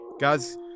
Guys